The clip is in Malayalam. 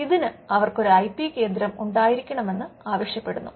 ഇതിന് അവർക്ക് ഒരു ഐ പി കേന്ദ്രം ഉണ്ടായിരിക്കണം എന്ന് ആവശ്യപെടുന്നു